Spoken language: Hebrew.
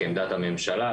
כעמדת הממשלה,